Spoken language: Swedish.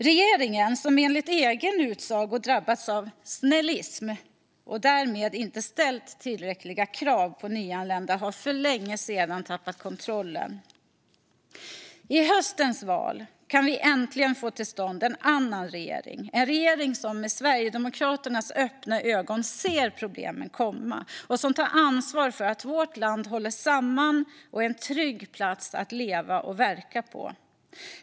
Regeringen, som enligt egen utsago drabbats av snällism och därmed inte har ställt tillräckliga krav på nyanlända, har för länge sedan tappat kontrollen. I höstens val kan vi äntligen få till stånd en annan regering, en regering som med Sverigedemokraternas öppna ögon ser problemen komma och som tar ansvar för att vårt land håller samman och är en trygg plats att leva och verka på.